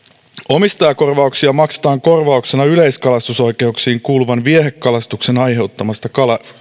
omistajakorvauksia maksetaan korvauksena yleiskalastusoikeuksiin kuuluvan viehekalastuksen aiheuttamasta